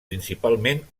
principalment